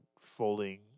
folding